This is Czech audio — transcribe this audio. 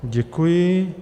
Děkuji.